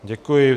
Děkuji.